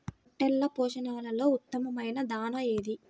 పొట్టెళ్ల పోషణలో ఉత్తమమైన దాణా ఏది?